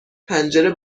پنجره